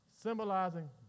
symbolizing